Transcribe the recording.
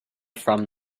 from